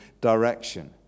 direction